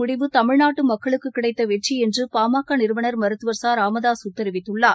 முடிவு தமிழ்நாட்டுமக்களுக்குகிடைத்தவெற்றிஎன்றுபாமகநிறுவனர் மருத்துவர் ஆஏநரின் ச ராமதாசுதெரிவித்துள்ளார்